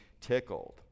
tickled